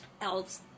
else